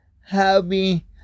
happy